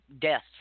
death